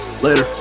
Later